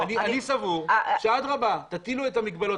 אני סבור, שאדרבא תטילו את המגבלות.